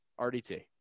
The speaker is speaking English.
RDT